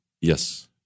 Yes